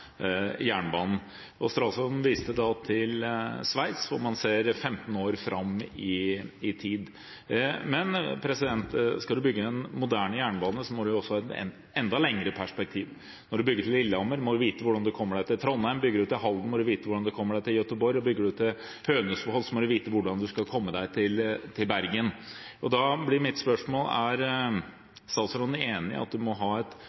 jernbanen. Statsråden viste da til Sveits, hvor man ser 15 år fram i tid. Men skal man bygge en moderne jernbane, må man også ha et enda lenger perspektiv. Når man bygger til Lillehammer, må man vite hvordan man kommer seg til Trondheim. Bygger man til Halden, må man vite hvordan man kommer seg til Gøteborg. Og bygger man til Hønefoss, må man vite hvordan man skal komme seg til Bergen. Da blir mitt spørsmål: Er statsråden enig i at man må ha et